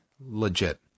Legit